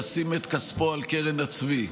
ישים את כספו על קרן הצבי.